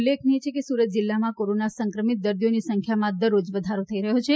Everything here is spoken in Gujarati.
ઉલ્લેખનીય છે કે સુરત જિલ્લામાં કોરોના સંક્રમિત દર્દીઓની સંખ્યામાં દરરોજ વધારો થઈ રહ્યો છે